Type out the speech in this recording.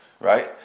right